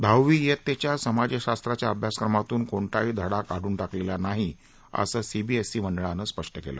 दहावी वित्तेच्या समाजशास्त्राच्या अभ्यासक्रमातून कोणताही धडा काढून टाकलेला नाही असं आज सीबीएसई मंडळानं स्पष्ट केलं